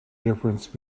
difference